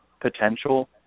potential